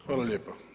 Hvala lijepa.